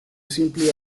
simply